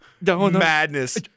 madness